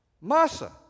Massa